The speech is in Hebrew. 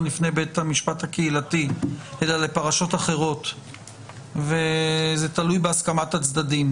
בפני בית המשפט הקהילתי אלא לפרשות אחרות וזה תלוי בהסכמת הצדדים.